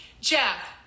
Jeff